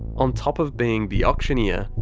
on top of being the auctioneer,